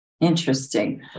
interesting